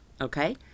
Okay